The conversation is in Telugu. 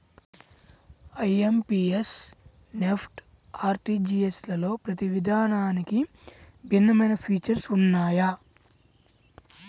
ఐఎమ్పీఎస్, నెఫ్ట్, ఆర్టీజీయస్లలో ప్రతి విధానానికి భిన్నమైన ఫీచర్స్ ఉన్నయ్యి